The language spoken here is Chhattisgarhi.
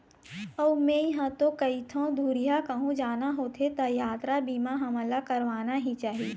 अऊ मेंहा तो कहिथँव दुरिहा कहूँ जाना होथे त यातरा बीमा हमन ला करवाना ही चाही